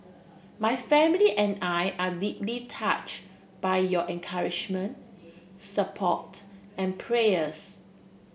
my family and I are deeply touch by your encouragement support and prayers